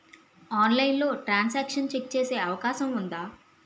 ఆన్లైన్లో transaction check చేసే అవకాశం ఉందా?